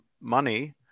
money